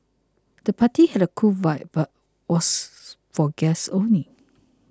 the party had a cool vibe but was for guests only